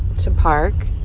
to park.